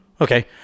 Okay